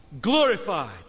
glorified